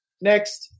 next